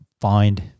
find